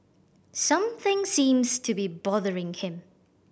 something seems to be bothering him